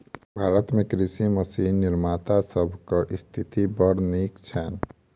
भारत मे कृषि मशीन निर्माता सभक स्थिति बड़ नीक छैन